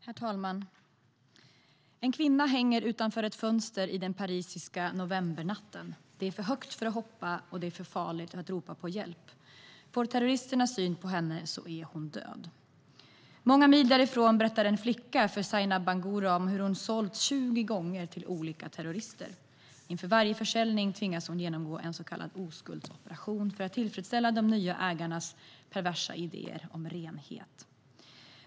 Herr talman! En kvinna hänger utanför ett fönster i den parisiska novembernatten. Det är för högt för att hoppa, och det är för farligt att ropa på hjälp. Får terroristerna syn på henne är hon död. Många mil därifrån berättar en flicka för Zainab Bangura om hur hon sålts 20 gånger till olika terrorister. Inför varje försäljning tvingas hon genomgå en så kallad oskuldsoperation för att tillfredsställa de nya ägarnas perversa idéer om renhet.